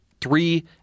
three